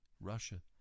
Russia